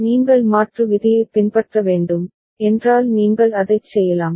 நீங்கள் மாற்று விதியைப் பின்பற்ற வேண்டும் என்றால் நீங்கள் அதைச் செய்யலாம்